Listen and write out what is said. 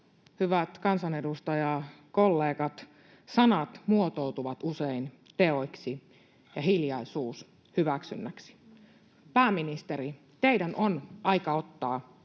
hyvät kansanedustajakollegat, sanat muotoutuvat usein teoiksi ja hiljaisuus hyväksynnäksi. Pääministeri, teidän on aika ottaa